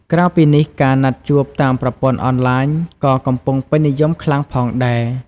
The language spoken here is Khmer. ក្រៅពីនេះ ការណាត់ជួបតាមប្រព័ន្ធអនឡាញក៏កំពុងពេញនិយមខ្លាំងផងដែរ។